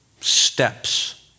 steps